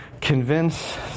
convince